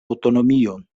aŭtonomion